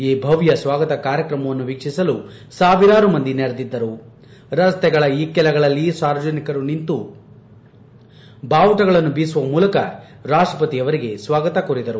ಈ ಭವ್ಯ ಸ್ವಾಗತ ಕಾರ್ಯಕ್ರಮವನ್ನು ವೀಕ್ಷಿಸಲು ಸಾವಿರಾರು ಮಂದಿ ನೆರೆದಿದ್ದರು ರಸ್ತೆಗಳ ಇಕ್ಕೆಲಗಳಲ್ಲಿ ಸಾರ್ವಜನಿಕರು ನಿಂತು ಬಾವುಟಗಳನ್ನು ಬೀಸುವ ಮೂಲಕ ರಾಷ್ಟ್ರಪತಿಯವರಿಗೆ ಸ್ನಾಗತ ಕೋರಿದರು